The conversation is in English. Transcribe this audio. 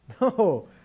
no